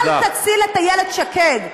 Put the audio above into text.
אל תציל את איילת שקד.